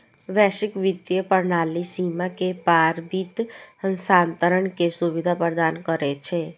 वैश्विक वित्तीय प्रणाली सीमा के पार वित्त हस्तांतरण के सुविधा प्रदान करै छै